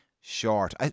short